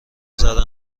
زدن